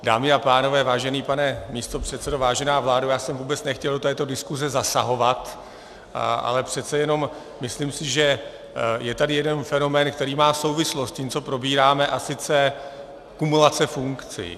Dámy a pánové, vážený pane místopředsedo, vážená vládo, já jsem vůbec nechtěl do této diskuse zasahovat, ale přece jenom si myslím, že je tady jeden fenomén, který má souvislost s tím, co probíráme, a sice kumulace funkcí.